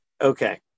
Okay